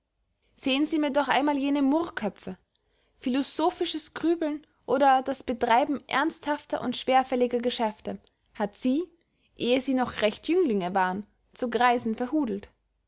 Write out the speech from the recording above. sehen sie mir doch einmal jene murrköpfe philosophisches grübeln oder das betreiben ernsthafter und schwerfälliger geschäfte hat sie ehe sie noch recht jünglinge waren zu greisen verhudelt